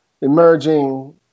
emerging